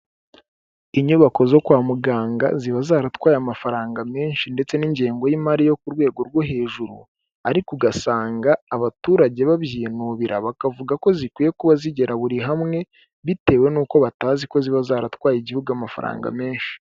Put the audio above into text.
Inyubako zo kwa muganga ziba zaratwaye amafaranga menshi ndetse n'ingengo y'imari yo ku rwego rwo hejuru, ariko ugasanga abaturage babyinubira, bakavuga ko zikwiye kuba zigera buri hamwe bitewe n'uko batazi ko ziba zaratwaye Igihugu amafaranga menshi.